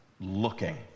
looking